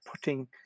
putting